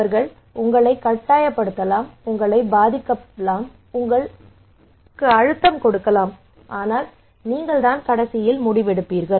அவர்கள் உங்களை கட்டாயப்படுத்தலாம் உங்களை பாதிக்கலாம் உங்களுக்கு அழுத்தம் கொடுக்கலாம் ஆனால் நீங்கள் தான் முடிவெடுப்பீர்கள்